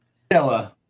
Stella